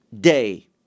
day